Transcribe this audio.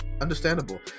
Understandable